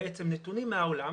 נתונים מהעולם.